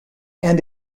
and